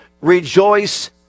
Rejoice